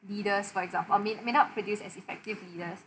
leaders for example may may not produce as effective leaders